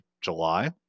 July